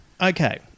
okay